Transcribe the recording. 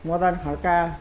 Madan Khadka